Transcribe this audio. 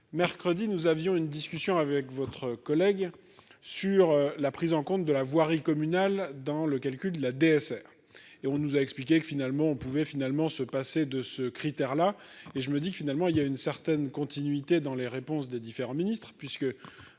mercredi, nous avions une discussion avec votre collègue sur la prise en compte de la voirie communale dans le calcul de la DSR et on nous a expliqué que finalement on pouvait finalement se passer de ce critère-là et je me dis que finalement il y a une certaine continuité dans les réponses des différents Ministre puisque